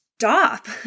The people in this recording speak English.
stop